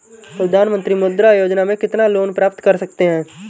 प्रधानमंत्री मुद्रा योजना में कितना लोंन प्राप्त कर सकते हैं?